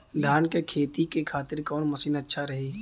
धान के खेती के खातिर कवन मशीन अच्छा रही?